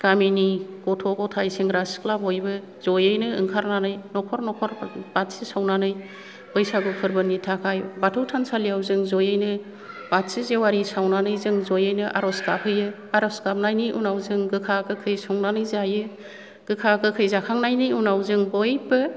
गामिनि गथ' गथाय सेंग्रा सिख्ला बयबो जयैनो ओंखारनानै नख'र नख'र बाथि सावनानै बैसागु फोरबोनि थाखाय बाथौ थानसालिआव जों जयैनो बाथि जेवारि सावनानै जों जयैनो आर'ज गाबहैयो आर'ज गाबनायनि उनाव जों गोखा गोखै संनानै जायो गोखा गोखै जाखांनायनि उनाव जों बयबो